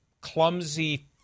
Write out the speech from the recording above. clumsy